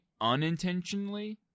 unintentionally